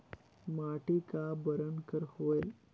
माटी का बरन कर होयल?